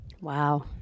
Wow